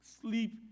Sleep